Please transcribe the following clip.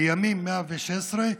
לימים 116,